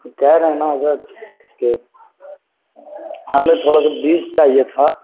یہ کہ رہنا ہے حضرت کہ ہمیں تھوڑا سا بیج چاہیے تھا